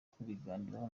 kubiganiraho